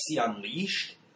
Unleashed